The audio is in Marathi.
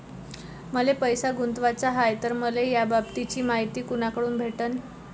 मले पैसा गुंतवाचा हाय तर मले याबाबतीची मायती कुनाकडून भेटन?